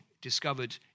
discovered